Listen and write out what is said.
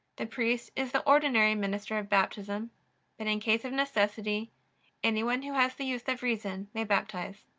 the priest is the ordinary minister of baptism but in case of necessity any one who has the use of reason may baptize.